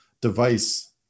device